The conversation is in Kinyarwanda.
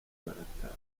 barataha